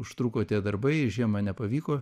užtruko tie darbai žiemą nepavyko